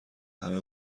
همه